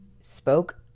spoke